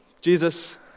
Jesus